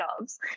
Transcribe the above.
jobs